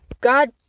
God